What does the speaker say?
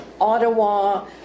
Ottawa